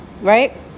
right